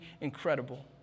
incredible